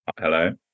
Hello